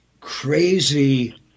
crazy